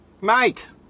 Mate